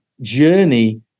journey